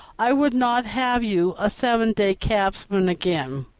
i would not have you a seven-days' cabman again.